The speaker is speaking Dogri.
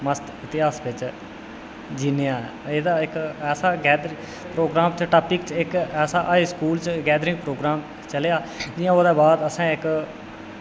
मस्त इतिहास च जीन्ने आं एह्दा इक ऐसा गैदर प्रोग्राम ते टापिक च ऐसा हाई स्कूल च गैदरिंग प्रोग्राम चलेआ जि'यां ओह्दे बाद असें इक